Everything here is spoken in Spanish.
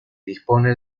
dispone